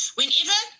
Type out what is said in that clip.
whenever